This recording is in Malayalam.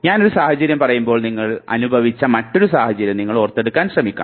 ഞാൻ ഒരു സാഹചര്യം പറയുമ്പോൾ നിങ്ങൾ അനുഭവിച്ച മറ്റൊരു സാഹചര്യം നിങ്ങൾ ഓർത്തെടുക്കുന്നു